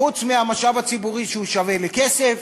חוץ מהמשאב הציבורי ששווה לכסף,